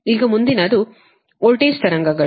ಈಗ ಮುಂದಿನದು ವೋಲ್ಟೇಜ್ ತರಂಗಗಳು